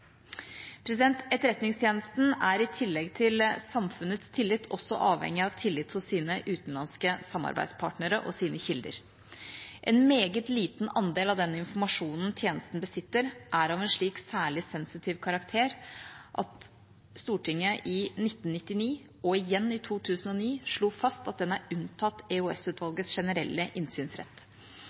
Etterretningstjenesten er i tillegg til samfunnets tillit avhengig av tillit hos sine utenlandske samarbeidspartnere og sine kilder. En meget liten andel av den informasjonen tjenesten besitter, er av en slik særlig sensitiv karakter at Stortinget i 1999 og igjen i 2009 slo fast at den er unntatt EOS-utvalgets generelle innsynsrett.